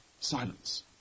Silence